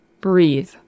Breathe